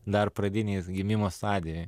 dar pradinė jis gimimo stadijoj